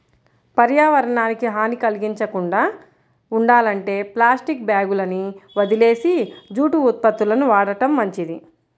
పర్యావరణానికి హాని కల్గించకుండా ఉండాలంటే ప్లాస్టిక్ బ్యాగులని వదిలేసి జూటు ఉత్పత్తులను వాడటం మంచిది